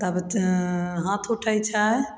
तब हाथ उठय छै